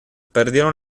perdieron